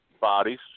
bodies